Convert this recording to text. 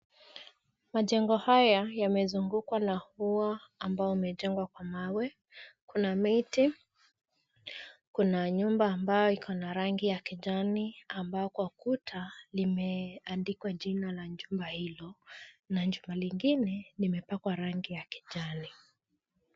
Majengo haya yamezungukwa na ua ambao umejengwa kwa mawe. Kuna miti. Kuna nyumba ambayo iko na rangi ya kijani ambako kuta limeandikwa jina ya jumba hilo na jumba lingine limepakwa rangi ya kijani.